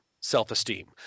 self-esteem